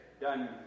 done